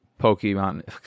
pokemon